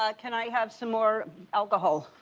ah can i have some more alcohol.